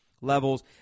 levels